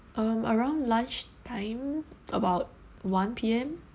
um around lunch time about one P_M